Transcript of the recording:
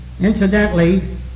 Incidentally